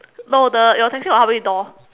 no the your taxi got how many door